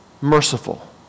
merciful